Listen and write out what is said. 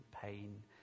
pain